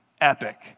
epic